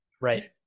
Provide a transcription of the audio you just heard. Right